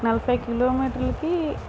నలభై కిలోమీటర్లకి